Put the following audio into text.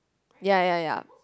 ya ya ya